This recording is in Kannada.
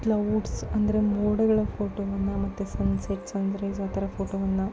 ಕ್ಲೌಡ್ಸ್ ಅಂದರೆ ಮೋಡಗಳ ಫೋಟೋವನ್ನು ಮತ್ತೆ ಸನ್ಸೆಟ್ ಸನ್ರೈಸ್ ಆ ಥರ ಫೋಟೋವನ್ನು